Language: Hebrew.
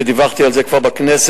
ודיווחתי על זה כבר בכנסת.